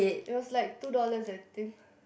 it was like two dollars I think